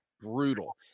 brutal